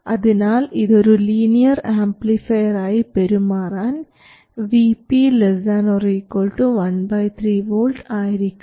അതിനാൽ ഇതൊരു linear amplifier ആയി പെരുമാറാൻ Vp ≤ 1 3 V ആയിരിക്കണം